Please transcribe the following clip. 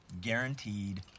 Guaranteed